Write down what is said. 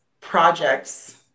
projects